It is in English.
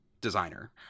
designer